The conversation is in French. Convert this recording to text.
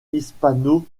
hispano